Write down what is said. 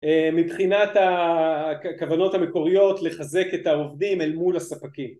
מבחינת הכוונות המקוריות לחזק את העובדים אל מול הספקים